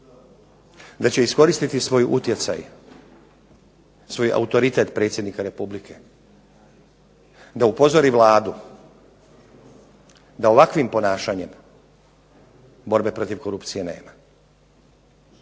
da će iskoristiti svoj utjecaj, svoj autoritet predsjednika Republike da upozori Vladu da ovakvim ponašanjem borbe protiv korupcije nema,